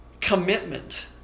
commitment